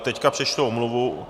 Teď přečtu omluvu.